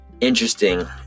interesting